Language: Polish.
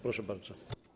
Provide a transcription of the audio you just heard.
Proszę bardzo.